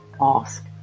ask